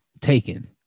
Taken